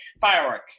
Firework